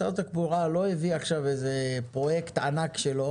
משרד התחבורה לא הביא עכשיו איזה פרויקט ענק שלו